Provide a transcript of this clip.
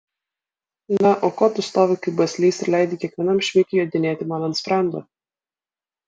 na o ko tu stovi kaip baslys ir leidi kiekvienam šmikiui jodinėti man ant sprando